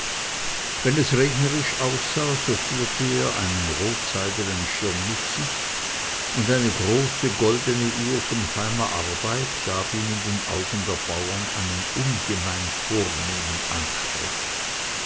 wenn es regnerisch aussah so führte er einen rotseidenen schirm mit sich und eine große goldene uhr von feiner arbeit gab ihm in den augen der bauern einen ungemein vornehmen anstrich